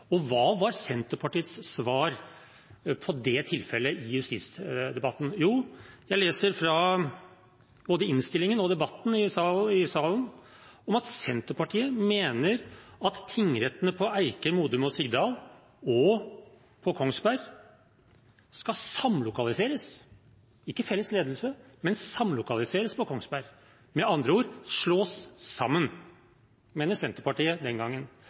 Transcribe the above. dag. Hva var Senterpartiets svar på det tilfellet i justisdebatten? Jo, jeg leser både i innstillingen og fra debatten i salen at Senterpartiet mener at Eiker, Modum og Sigdal tingrett og Kongsberg tingrett skal samlokaliseres – ikke felles ledelse, men «samlokaliseres» – på Kongsberg, med andre ord slås sammen. Det mente Senterpartiet den gangen.